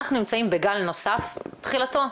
אנחנו נמצאים בגל נוסף, תחילתו.